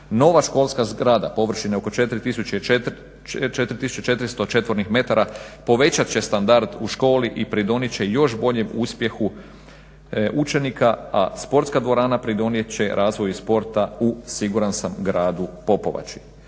Nova školska zgrada površine oko 4 400 četvornih metara povećat će standard u školi i pridonijet će još boljem uspjehu učenika, a sportska dvorana pridonijet će razvoju sporta u siguran sam u Gradu Popovači.